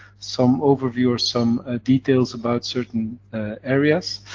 some overview or some ah details about certain areas.